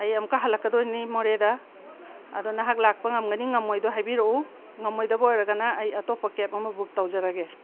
ꯑꯩ ꯑꯃꯨꯛꯀ ꯍꯜꯂꯛꯀꯗꯣꯏꯅꯤ ꯃꯣꯔꯦꯗ ꯑꯗꯣ ꯅꯍꯥꯛ ꯂꯥꯛꯄ ꯉꯝꯒꯅꯤ ꯉꯝꯃꯣꯏꯗꯣ ꯍꯥꯏꯕꯤꯔꯛꯎ ꯉꯝꯃꯣꯏꯗꯕ ꯑꯣꯏꯔꯒꯅ ꯑꯩ ꯑꯇꯣꯞꯄ ꯀꯦꯕ ꯑꯃ ꯕꯨꯛ ꯇꯧꯖꯔꯒꯦ